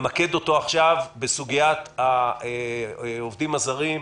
למקד אותו עכשיו בסוגיית העובדים הזרים,